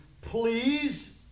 Please